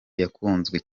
yakunzwe